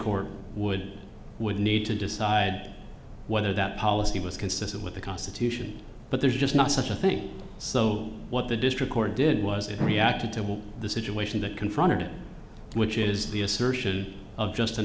court would would need to decide whether that policy was consistent with the constitution but there's just not such a thing so what the district court did was they reacted to the situation that confronted it which is the assertion of just